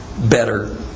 better